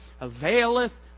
availeth